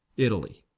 italy,